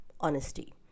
honesty